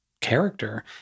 character